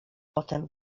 potem